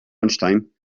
lunchtime